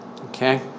Okay